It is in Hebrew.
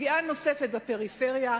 פגיעה נוספת בפריפריה,